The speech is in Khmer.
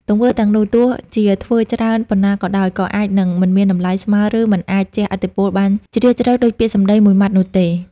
ទង្វើទាំងនោះ ទោះជាធ្វើច្រើនប៉ុណ្ណាក៏ដោយ ក៏អាចនឹង មិនមានតម្លៃស្មើ ឬ មិនអាចជះឥទ្ធិពលបានជ្រាលជ្រៅ ដូចពាក្យសម្ដីមួយម៉ាត់នោះទេ។